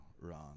wrong